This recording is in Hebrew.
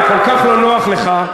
אם כל כך לא נוח לך,